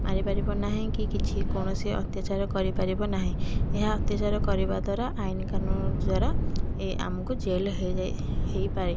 ମାରିପାରିବ ନାହିଁ କି କିଛି କୌଣସି ଅତ୍ୟାଚାର କରିପାରିବ ନାହିଁ ଏହା ଅତ୍ୟାଚାର କରିବା ଦ୍ୱାରା ଆଇନ କାନୁନ ଦ୍ୱାରା ଏ ଆମକୁ ଜେଲ୍ ହେଇଯାଇ ହେଇପାରେ